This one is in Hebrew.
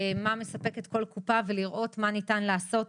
של מה מספקת כל קופת חולים ולראות מה ניתן לעשות.